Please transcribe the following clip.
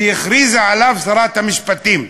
שהכריזה עליו שרת המשפטים,